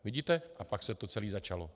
Vidíte, a pak se to celé začalo.